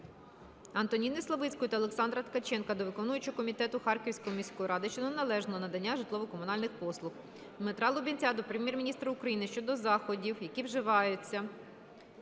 Антоніни Славицької та Олександра Ткаченка до виконавчого комітету Харківської міської ради щодо неналежного надання житлово-комунальних послуг. Дмитра Лубінця до Прем'єр-міністра України щодо заходів, які вживаються